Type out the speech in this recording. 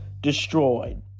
destroyed